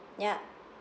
yup